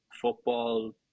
Football